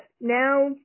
now